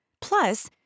Plus